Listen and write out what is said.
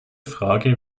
frage